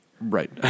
Right